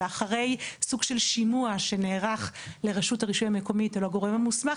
ואחרי סוג של שימוע שנערך לרשות הרישוי המקומית על ידי הגורם המוסמך,